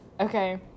Okay